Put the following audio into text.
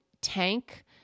tank